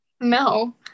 No